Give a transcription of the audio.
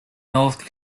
north